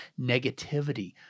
negativity